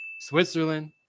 Switzerland